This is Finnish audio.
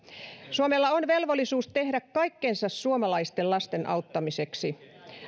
suomella on velvollisuus tehdä kaikkensa suomalaisten lasten auttamiseksi